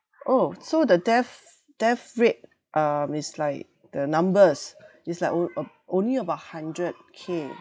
oh so the death death rate um is like the numbers it's like on~ uh only about hundred K